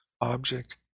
object